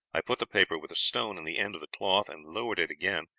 i put the paper with a stone in the end of the cloth, and lowered it again.